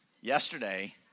Yesterday